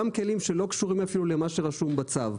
גם כלים שלא קשורים אפילו למה שרשום בצו,